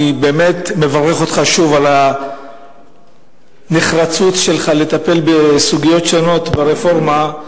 אני באמת מברך אותך שוב על הנחרצות שלך לטפל בסוגיות שונות ברפורמה,